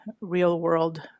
real-world